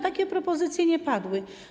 Takie propozycje nie padły.